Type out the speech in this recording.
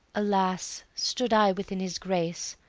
alas, stood i within his grace,